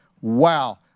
wow